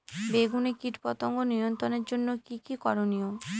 বেগুনে কীটপতঙ্গ নিয়ন্ত্রণের জন্য কি কী করনীয়?